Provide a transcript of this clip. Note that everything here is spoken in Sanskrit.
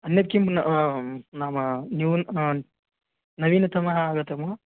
अन्यद् किं नाम न्यूनं नवीनतमम् आगतं वा